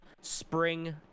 Spring